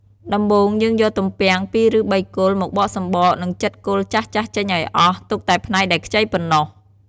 ដំបូង យើងយកទំពាំង ២ឬ៣គល់ មកបកសំបក និងចិតគល់ចាស់ៗចេញឱ្យអស់ ទុកតែផ្នែកដែលខ្ចីប៉ុណ្ណោះ។